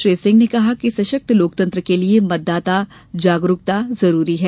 श्री सिंह ने कहा कि सशक्त लोकतंत्र के लिए मतदाता जागरुकता जरूरी है